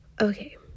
Okay